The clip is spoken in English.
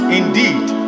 indeed